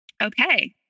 Okay